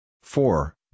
four